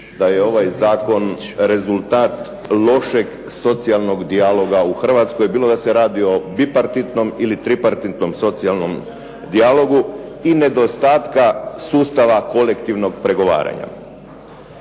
da je ovaj Zakon rezultat lošeg socijalnog dijaloga u Hrvatskoj bilo da se radi o bipartitnom ili tripartitnom socijalnom dijalogu i nedostatka sustava kolektivnog pregovaranja.